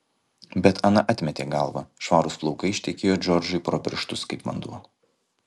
bet ana atmetė galvą švarūs plaukai ištekėjo džordžui pro pirštus kaip vanduo